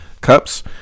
Cups